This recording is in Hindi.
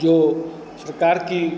जो सरकार की